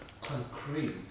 concrete